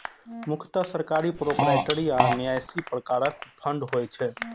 मुख्यतः सरकारी, प्रोपराइटरी आ न्यासी प्रकारक फंड होइ छै